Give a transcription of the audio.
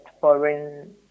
foreign